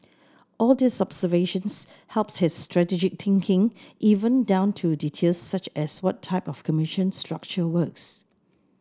all these observations helped his strategic thinking even down to details such as what type of commission structure works